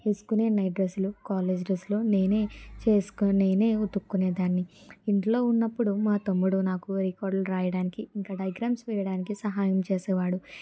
వేసుకునే నైట్ డ్రెస్లు కాలేజ్ డ్రెస్లు నేనే చేసుకొని నేనే ఉతుక్కునేదాని ఇంట్లో ఉన్నప్పుడు మా తమ్ముడు నాకు రికార్డులు రాయడానికి ఇంకా డైగ్రామ్స్ గీయడానికి సహాయం చేసేవాడు